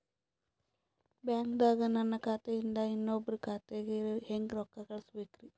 ಬ್ಯಾಂಕ್ದಾಗ ನನ್ ಖಾತೆ ಇಂದ ಇನ್ನೊಬ್ರ ಖಾತೆಗೆ ಹೆಂಗ್ ರೊಕ್ಕ ಕಳಸಬೇಕ್ರಿ?